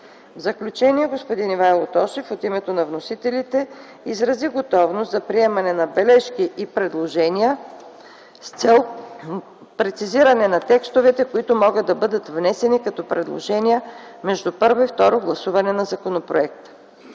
В заключение господин Ивайло Тошев от името на вносителите изрази готовност за приемане на бележки и предложения с цел прецизиране на текстовете, които могат да бъдат внесени като предложения между първо и второ гласуване на законопроекта.